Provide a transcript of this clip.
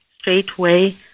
straightway